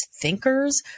thinkers